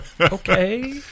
okay